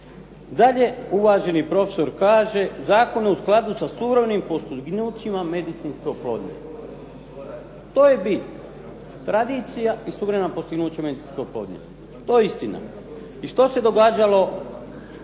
Dalje uvaženi profesor kaže, zakone u skladu sa suvremenim postignućima medicinske oplodnje. To je bit tradicija i suvremena postignuća u medicinskoj oplodnji. To je istina. I što se događalo